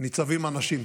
ניצבים אנשים,